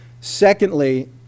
Secondly